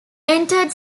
entered